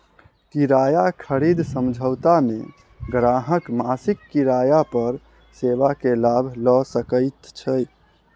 किराया खरीद समझौता मे ग्राहक मासिक किराया पर सेवा के लाभ लय सकैत छै